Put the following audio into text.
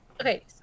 Okay